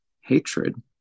hatred